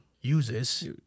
uses